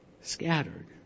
scattered